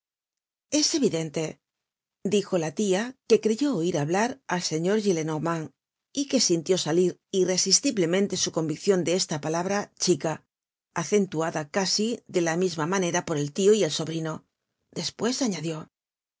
es evidente dijo la tia que creyó oir hablar al señor gillenormand y que sintió salir irresistiblemente su conviccion de esta palabra chica acentuada casi de la misma manera por el tio y el sobrino despues añadió